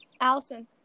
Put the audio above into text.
Allison